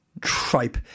tripe